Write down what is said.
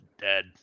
dead